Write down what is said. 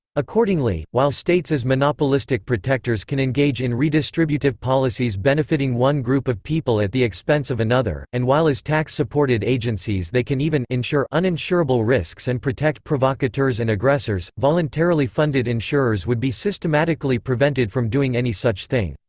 accordingly, while states as monopolistic protectors can engage in redistributive policies benefiting one group of people at the expense of another, and while as tax-supported agencies they can even insure uninsurable risks and protect provocateurs and aggressors, voluntarily funded insurers would be systematically prevented from doing any such thing.